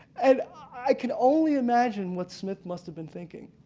and i can only imagine what smith must have been thinking.